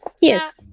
Yes